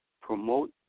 promote